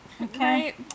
okay